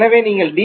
எனவே நீங்கள் டி